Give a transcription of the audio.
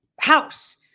House